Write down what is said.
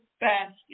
basket